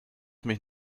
mich